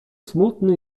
smutny